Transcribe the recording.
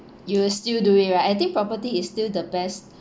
you will still do it right I think property is still the best